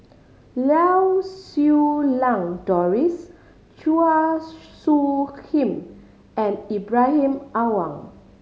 Lau Siew Lang Doris Chua Soo Khim and Ibrahim Awang